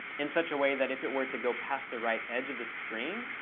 in such a way that, if it were to go past the right edge of the screen,